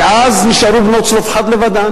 שהדרך הזאת תוביל את